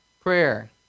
Prayer